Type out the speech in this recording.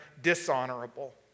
dishonorable